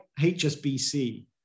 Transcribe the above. HSBC